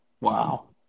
Wow